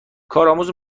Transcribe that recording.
کارآموز